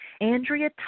Andrea